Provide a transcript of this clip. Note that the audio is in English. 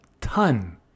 ton